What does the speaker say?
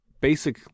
basic